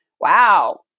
Wow